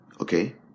Okay